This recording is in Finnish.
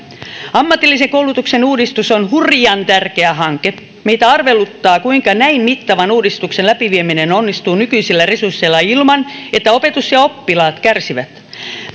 ammatillisen koulutuksen uudistus on hurjan tärkeä hanke meitä arveluttaa kuinka näin mittavan uudistuksen läpivieminen onnistuu nykyisillä resursseilla ilman että opetus ja oppilaat kärsivät